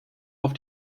auf